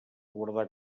guardar